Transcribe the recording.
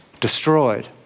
destroyed